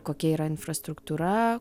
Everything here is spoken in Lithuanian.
kokia yra infrastruktūra